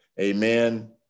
Amen